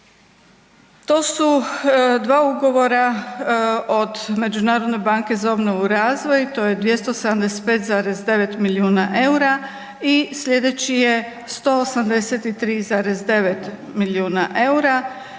To su dva ugovora od Međunarodne banke za obnovu i razvoj to je 275,9 milijuna eura i sljedeći je 183,9 milijuna eura.